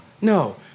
No